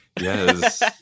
Yes